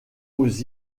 aux